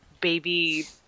baby